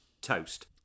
toast